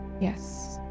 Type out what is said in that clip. Yes